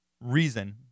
reason